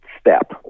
step